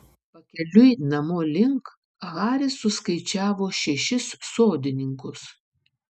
pakeliui namo link haris suskaičiavo šešis sodininkus